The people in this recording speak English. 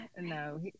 No